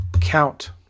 count